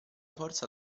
forza